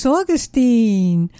Augustine